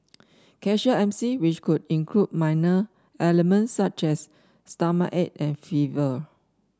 casual M C which would include minor ailment such as stomachache and fever